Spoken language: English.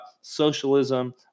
socialism